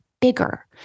bigger